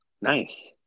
Nice